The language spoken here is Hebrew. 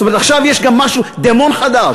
זאת אומרת, עכשיו יש גם משהו, דמון חדש.